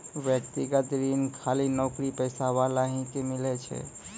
व्यक्तिगत ऋण खाली नौकरीपेशा वाला ही के मिलै छै?